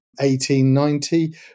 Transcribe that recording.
1890